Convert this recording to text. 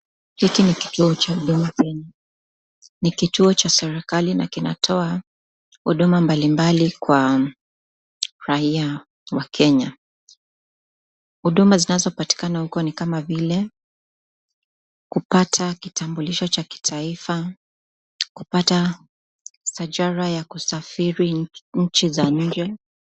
Hiki ni kituo cha Huduka Kenya, ni kituo cha serikali na kinatoa huduma mbalimbali kwa raia wa kenya, huduma zinazopatikana huko ninkama vile, kupata kitambulisho cha taifa, kupata sajara ya kusafiri nchi za nje.